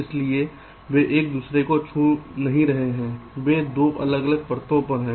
इसलिए वे एक दूसरे को छू नहीं रहे हैं वे 2 अलग अलग परतों पर हैं